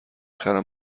خرم